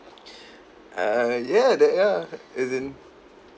err yeah that yeah as in